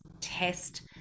test